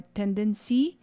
tendency